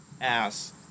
ass